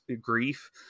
grief